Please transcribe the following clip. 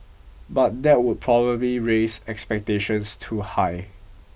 but that would probably raise expectations too high